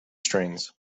strings